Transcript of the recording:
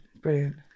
Brilliant